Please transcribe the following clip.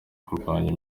kurwanya